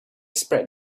spread